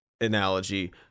analogy